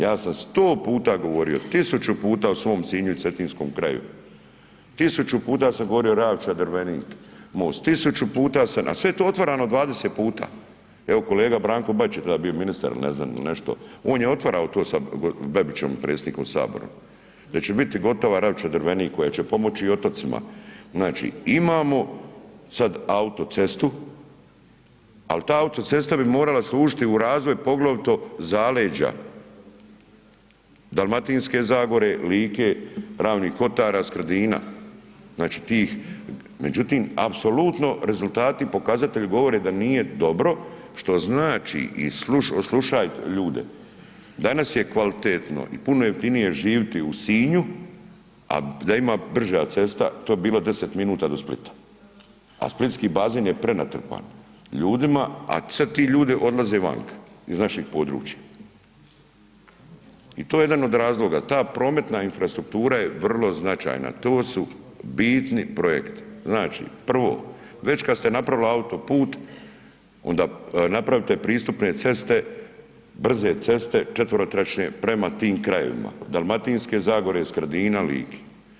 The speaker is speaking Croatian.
Ja sam 100 puta govorio, 1000 puta o svom Sinju i Cetinskom kraju, 1000 puta sam govorio o Ravča-Drvenik most, 1000 puta san, a sve je to otvarano 20 puta, evo kolega Branko Bačić je tada bio ministar il ne znam il nešto, on je otvarao to sa Bebićem, predsjednikom sabora, da će biti gotova Ravča-Drvenik koja će pomoći i otocima, znači imamo sad autocestu, al ta autocesta bi morala služiti u razvoj, poglavito zaleđa, Dalmatinske Zagore, Like, Ravnih Kotara, Skradina, znači tih, međutim apsolutno rezultati i pokazatelji govore da nije dobro što znači i oslušajte ljude, danas je kvalitetno i puno jeftinije živiti u Sinju, a da ima brža cesta to bi bilo 10 minuta do Splita, a splitski bazen je prenatrpan ljudima, a sad ti ljudi odlaze vanka iz naših područja i to je jedan od razloga, ta prometna infrastruktura je vrlo značajna, to su bitni projekti, znači prvo već kad ste napravili autoput onda napravite pristupne ceste, brze ceste, četverotračne prema tim krajevima, Dalmatinske Zagore, Skradina, Like.